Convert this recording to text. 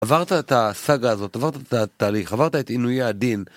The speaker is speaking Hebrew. עברת את הסגה הזאת, עברת את התהליך, עברת את עינויי הדין.